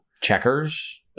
checkers